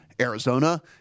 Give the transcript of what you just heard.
Arizona